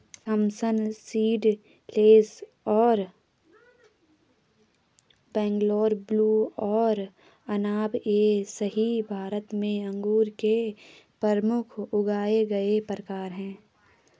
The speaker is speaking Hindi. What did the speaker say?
थॉमसन सीडलेस और बैंगलोर ब्लू और अनब ए शाही भारत में अंगूर के प्रमुख उगाए गए प्रकार हैं